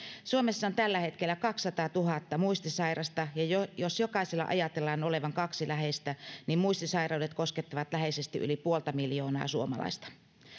suomessa on tällä hetkellä kaksisataatuhatta muistisairasta ja ja jos jokaisella ajatellaan olevan kaksi läheistä niin muistisairaudet koskettavat läheisesti yli puolta miljoonaa suomalaista